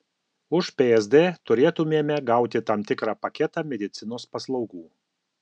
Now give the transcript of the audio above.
už psd turėtumėme gauti tam tikrą paketą medicinos paslaugų